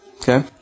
Okay